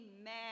Amen